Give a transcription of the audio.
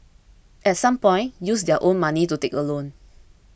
at some point use their own money to take a loan